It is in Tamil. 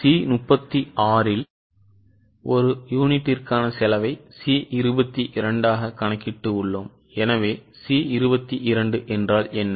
C 36 இல் ஒரு யூனிட்டிற்கான செலவை C 22 ஆக கணக்கிட்டு உள்ளோம் எனவே C22 என்றால் என்ன